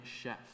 chef